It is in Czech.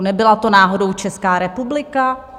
Nebyla to náhodou Česká republika?